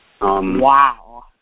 Wow